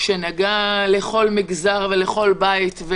שנגע לכל מגזר ולכל בית.